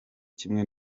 kimwe